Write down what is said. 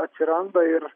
atsiranda ir